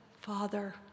Father